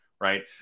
right